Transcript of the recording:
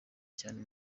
cyane